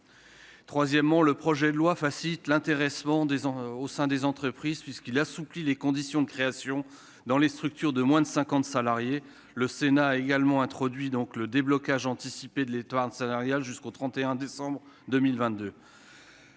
Troisièmement, le projet de loi favorise l'intéressement dans les entreprises, puisqu'il en assouplit les conditions de mise en place dans les structures de moins de 50 salariés. Le Sénat a également introduit un dispositif de déblocage anticipé de l'épargne salariale jusqu'au 31 décembre 2022.